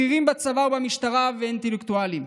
לבכירים בצבא ובמשטרה ולאינטלקטואלים.